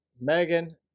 Megan